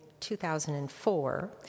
2004